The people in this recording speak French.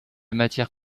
matière